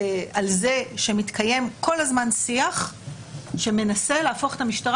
על זה שמתקיים כל הזמן שיח שמנסה להפוך את המשטרה